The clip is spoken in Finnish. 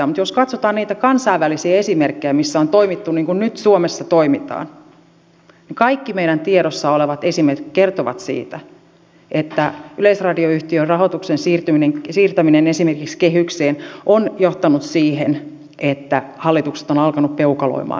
mutta jos katsotaan niitä kansainvälisiä esimerkkejä missä on toimittu niin kuin nyt suomessa toimitaan niin kaikki meidän tiedossamme olevat esimerkit kertovat siitä että yleisradioyhtiön rahoituksen siirtäminen esimerkiksi kehykseen on johtanut siihen että hallitukset ovat alkaneet peukaloimaan sitä rahoitusta